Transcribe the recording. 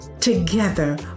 Together